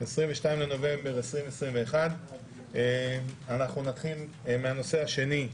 22 בנובמבר 2021. אנחנו נתחיל מהנושא השני: